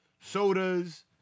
sodas